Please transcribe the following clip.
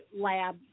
lab